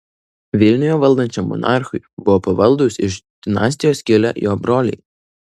vilniuje valdančiam monarchui buvo pavaldūs iš dinastijos kilę jo broliai